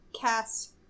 cast